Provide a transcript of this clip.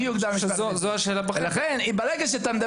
אם אתה אומר